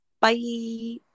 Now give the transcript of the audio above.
bye